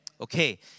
Okay